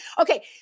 Okay